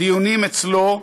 דיונים אצלו,